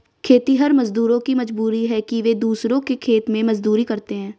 खेतिहर मजदूरों की मजबूरी है कि वे दूसरों के खेत में मजदूरी करते हैं